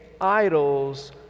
idols